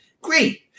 Great